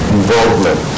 involvement